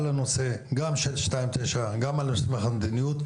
על הנושא גם של תמ"מ 2/ 9 וגם על מסמך המדיניות.